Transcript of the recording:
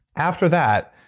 after that,